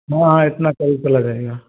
हाँ इतना टाइम तो लगेगा